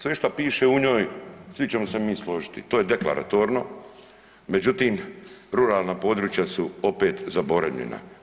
Sve šta piše u njoj, svi ćemo se mi složiti, to je deklaratorno, međutim ruralna područja su opet zaboravljena.